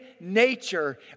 nature